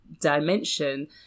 dimension